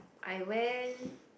I went